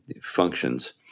functions